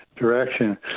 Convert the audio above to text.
direction